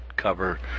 cover